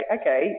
okay